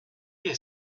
est